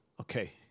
Okay